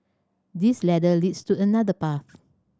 this ladder leads to another path